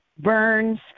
burns